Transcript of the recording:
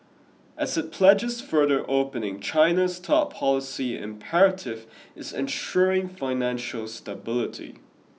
as it pledges further opening China's top policy imperative is ensuring financial stability